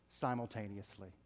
simultaneously